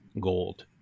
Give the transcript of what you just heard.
gold